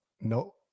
no